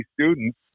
students